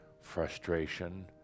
frustration